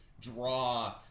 draw